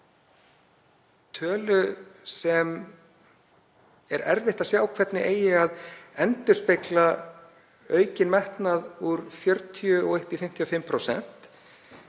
tölu sem er erfitt að sjá hvernig eigi að endurspegla aukinn metnað úr 40% og upp í 55%